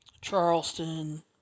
Charleston